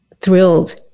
thrilled